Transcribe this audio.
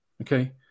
Okay